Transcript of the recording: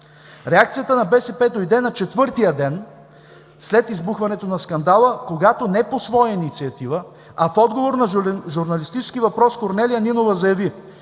Реакцията на БСП дойде на четвъртия ден след избухването на скандала, когато не по своя инициатива, а в отговор на журналистически въпрос Корнелия Нинова заяви: